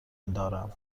دارم